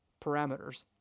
parameters